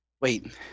Wait